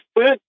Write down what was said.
food